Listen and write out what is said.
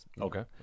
okay